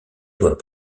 doit